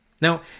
now